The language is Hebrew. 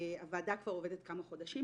הוועדה כבר עובדת כמה חודשים.